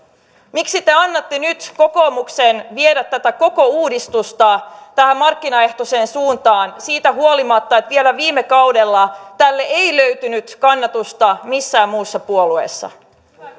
miksi te annatte nyt kokoomuksen viedä tätä koko uudistusta markkinaehtoiseen suuntaan siitä huolimatta että vielä viime kaudella tälle ei löytynyt kannatusta missään muussa puolueessa